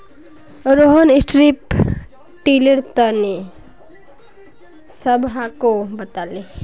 Rohan strip tiller तने सबहाको बताले